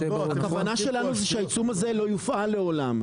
הכוונה שלנו זה שהעיצום הזה לא יופעל לעולם.